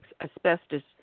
asbestos